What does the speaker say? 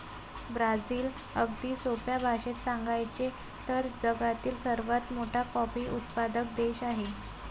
Brazil, अगदी सोप्या भाषेत सांगायचे तर, जगातील सर्वात मोठा कॉफी उत्पादक देश आहे